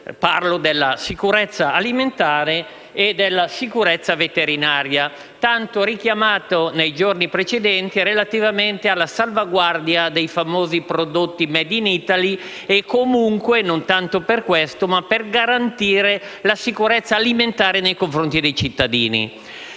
Parlo della sicurezza alimentare e della sicurezza veterinaria, tanto richiamate nei giorni precedenti relativamente alla salvaguardia dei famosi prodotti *made in Italy*, ma importanti soprattutto in relazione alla garanzia di una sicurezza alimentare nei confronti dei cittadini.